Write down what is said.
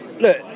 Look